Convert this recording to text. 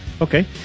Okay